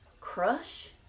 Crush